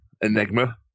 enigma